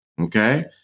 okay